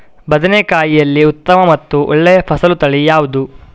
ಬದನೆಕಾಯಿಯಲ್ಲಿ ಉತ್ತಮ ಮತ್ತು ಒಳ್ಳೆಯ ಫಸಲು ತಳಿ ಯಾವ್ದು?